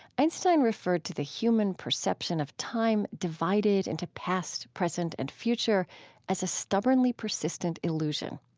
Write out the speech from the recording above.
einstein referred to the human perception of time divided into past, present and future as a stubbornly persistent illusion.